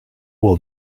will